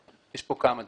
יש פה כמה דברים.